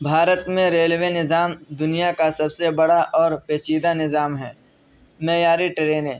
بھارت میں ریلوے نظام دنیا کا سب سے بڑا اور پیچیدہ نظام ہے معیاری ٹرینیں